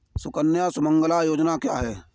सुकन्या सुमंगला योजना क्या है?